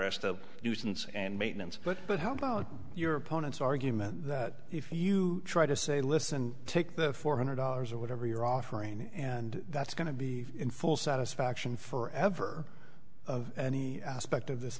the nuisance and maintenance but but how about your opponent's argument that if you try to say listen take the four hundred dollars or whatever you're offering and that's going to be in full satisfaction forever of any aspect of this